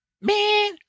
Man